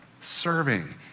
serving